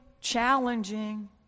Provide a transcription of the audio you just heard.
challenging